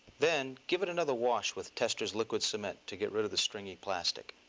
then, give it another wash with testor's liquid cement to get rid of the stringy plastic.